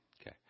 Okay